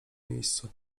miejscu